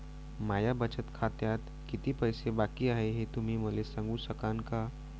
माया बचत खात्यात कितीक पैसे बाकी हाय, हे तुम्ही मले सांगू सकानं का?